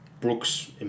Brooks